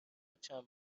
چند